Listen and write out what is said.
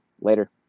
Later